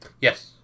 Yes